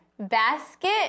basket